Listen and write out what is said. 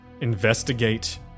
investigate